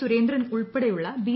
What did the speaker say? സുരേന്ദ്രൻ ഉൾപ്പെടെയുള്ള ബി